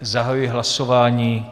Zahajuji hlasování.